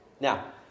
Now